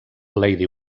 lady